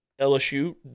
LSU